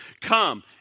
Come